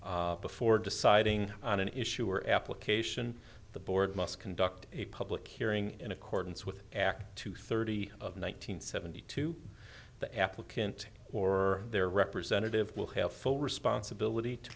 before deciding on an issue or application the board must conduct a public hearing in accordance with act two thirty one nine hundred seventy two the applicant or their representative will have full responsibility to